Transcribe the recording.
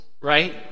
right